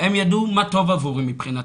הם ידעו מה טוב עבורי מבחינתם,